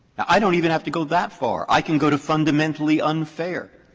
i don't even have to go that far. i can go to fundamentally unfair.